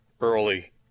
early